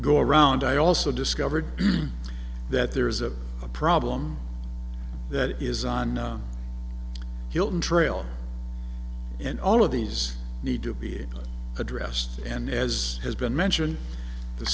go around i also discovered that there is a problem that is on hilton trail and all of these need to be addressed and as has been mentioned the